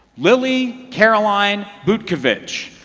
lily caroline butkovich